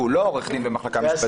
כי הוא לא עורך דין במחלקה המשפטית.